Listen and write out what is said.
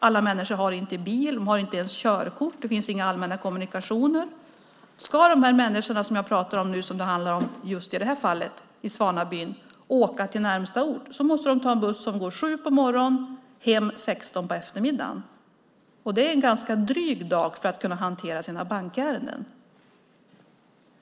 Alla människor har inte bil. De har inte ens körkort. Det finns inte allmänna kommunikationer överallt. Ska de människor som jag pratar om nu och som det handlar om just i det här fallet, i Svanabyn, åka till närmaste ort måste de ta en buss som går kl. 7 på morgonen och hem kl. 16 på eftermiddagen, och det är en ganska dryg dag för att kunna hantera sina bankärenden.